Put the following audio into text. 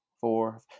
four